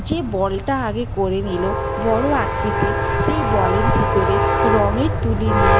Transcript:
যে বলটা আগে করে নিল বড় আকৃতির সেই বলের ভিতরে রঙের তুলি নিয়ে